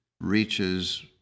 reaches